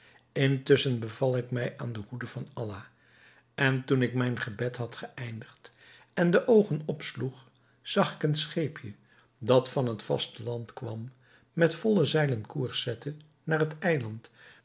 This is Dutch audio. intusschen beval ik mij aan de hoede van allah en toen ik mijn gebed had geëindigd en de oogen opsloeg zag ik een scheepje dat van het vasteland kwam met volle zeilen koers zetten naar het eiland